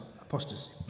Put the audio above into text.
apostasy